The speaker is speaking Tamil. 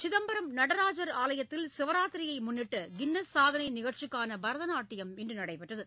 சிதம்பரம் நடராஜர் ஆலயத்தில் சிவராத்திரியை முன்னிட்டு கின்னஸ் சாதனை நிகழ்ச்சிக்கான பரதநாட்டியம் இன்று நடைபெற்றது